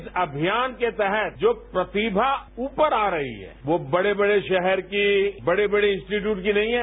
इस अभियान के तहत जो प्रतिमा रूपर आ रही है वह बड़े बड़े शहर की बड़े बड़े इन्टीट्यूट की नहीं है